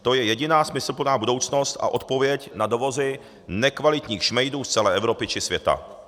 To je jediná smysluplná budoucnost a odpověď na dovozy nekvalitních šmejdů z celé Evropy či světa.